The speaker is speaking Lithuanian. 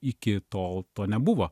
iki tol to nebuvo